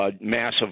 massive